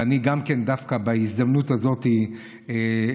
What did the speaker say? ואני דווקא בהזדמנות הזאת מנצל,